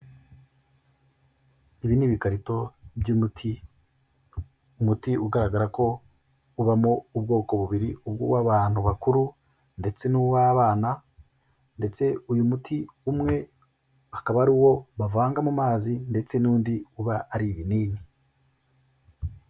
Ibi ni ibikarito by'umuti, umuti ugaragara ko ubamo ubwoko bubiri, ubw'uwabantu bakuru, ndetse n'uw'abana, ndetse uyu muti umwe akaba ari uwo bavanga mu mazi, ndetse n'undi uba ari ibinini.